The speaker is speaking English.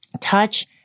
touch